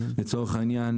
לצורך העניין,